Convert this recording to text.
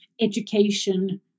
education